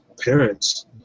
parents